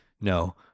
no